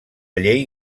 llei